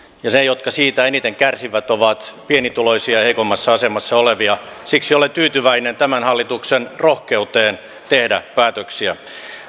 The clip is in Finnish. ne jotka siitä eniten kärsivät ovat pienituloisia ja heikoimmassa asemassa olevia siksi olen tyytyväinen tämän hallituksen rohkeuteen tehdä päätöksiä